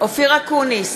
אופיר אקוניס,